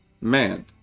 man